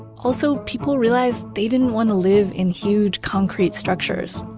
also, people realized they didn't want to live in huge concrete structures.